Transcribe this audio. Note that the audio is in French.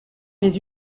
mais